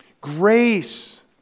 Grace